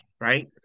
Right